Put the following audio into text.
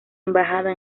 embajada